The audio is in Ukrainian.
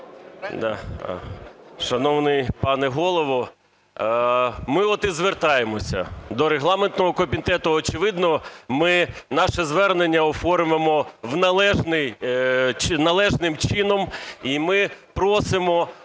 Шановний пане Голово, ми от і звертаємося до регламентного комітету. Очевидно, ми наше звернення оформимо належним чином. І ми просимо